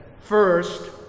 first